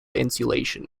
insulation